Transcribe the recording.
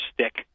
stick